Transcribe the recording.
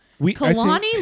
Kalani